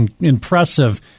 impressive